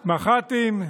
מח"טים,